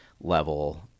level